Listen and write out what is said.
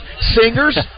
singers